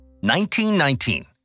1919